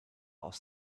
aus